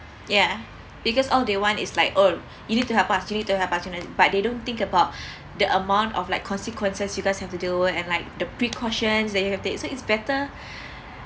ya because all they want is like oh you need to have opportunity you need to have opportunity but they don't think about the amount of like consequences you guys have to deal with and like the precautions that you have to take so it's better